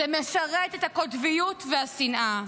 זה משרת את הקוטביות והשנאה.